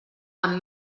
amb